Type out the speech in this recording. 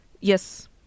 Yes